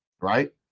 right